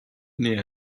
naît